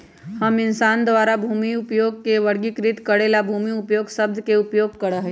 हम इंसान द्वारा भूमि उपयोग के वर्गीकृत करे ला भूमि उपयोग शब्द के उपयोग करा हई